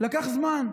לקח זמן.